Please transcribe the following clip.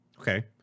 Okay